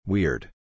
Weird